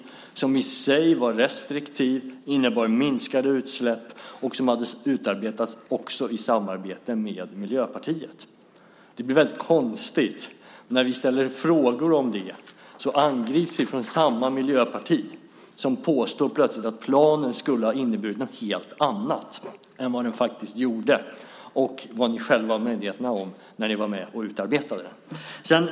Den var i sig restriktiv, den innebar minskade utsläpp och den hade utarbetats i samarbete med Miljöpartiet. Det blir väldigt konstigt; när vi ställer frågor om detta angrips vi från samma miljöparti som plötsligt påstår att planen skulle ha inneburit något helt annat än vad den faktiskt gjorde och vad ni själva var medvetna om när ni var med och utarbetade den.